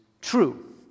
true